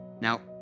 Now